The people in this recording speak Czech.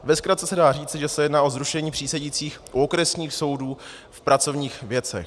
Ve zkratce se dá říci, že se jedná o zrušení přísedících u okresních soudů v pracovních věcech.